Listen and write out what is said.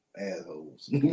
assholes